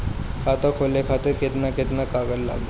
खाता खोले खातिर केतना केतना कागज लागी?